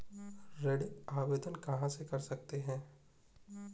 ऋण आवेदन कहां से कर सकते हैं?